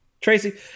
Tracy